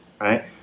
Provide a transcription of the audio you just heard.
right